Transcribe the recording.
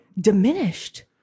Diminished